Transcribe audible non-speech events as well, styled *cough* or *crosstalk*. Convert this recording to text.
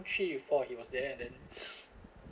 three to four he was there and then *breath*